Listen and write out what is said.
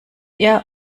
ihr